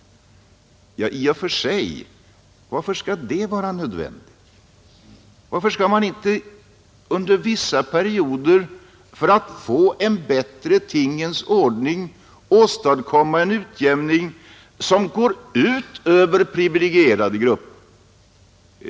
Varför skall det i och för sig vara nödvändigt? Varför skall man inte under vissa perioder för att få en bättre tingens ordning åstadkomma en utjämning som går ut över privilegierade grupper?